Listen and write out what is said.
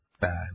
Bad